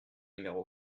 numéro